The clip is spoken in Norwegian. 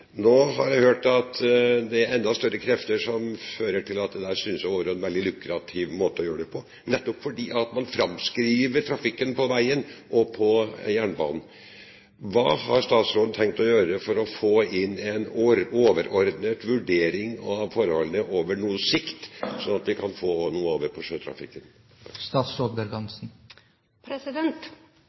Nå har jeg hørt at det er enda større krefter som fører til at dette synes å være en veldig lukrativ måte å gjøre det på, nettopp fordi man framskriver trafikken på veien og på jernbanen. Hva har statsråden tenkt å gjøre for å få inn en overordnet vurdering av forholdene på noe sikt, slik at vi kan få noe over på